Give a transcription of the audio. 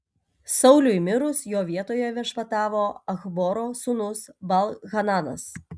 sauliui mirus jo vietoje viešpatavo achboro sūnus baal hananas